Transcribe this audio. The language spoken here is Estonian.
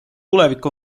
tulevik